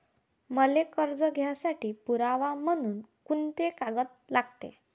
मले कर्ज घ्यासाठी पुरावा म्हनून कुंते कागद लागते?